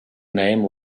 name